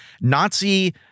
Nazi